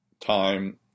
time